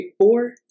four